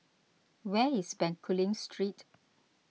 where is Bencoolen Street